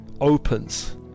opens